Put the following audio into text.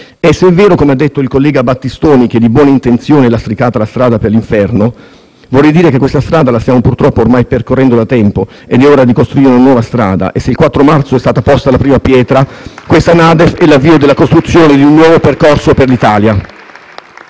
Se è vero, come ha detto il collega Battistoni, che di buone intenzioni è lastricata la strada per l'inferno, vorrei dire che questa strada la stiamo purtroppo ormai percorrendo da tempo. È ora di costruire una nuova strada e se il 4 marzo è stata posta la prima pietra, questa NADEF è la via della costruzione di un nuovo percorso per l'Italia.